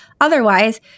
Otherwise